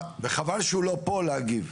וחבל שהוא לא פה כדי להגיב.